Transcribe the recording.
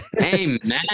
Amen